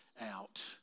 out